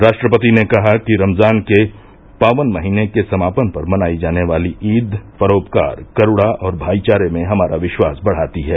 राष्ट्रपति ने कहा कि रमजान के पावन महीने के समापन पर मनाई जाने वाली ईद परोपकार करूणा और भाईचारे में हमारा विश्वास बढ़ाती है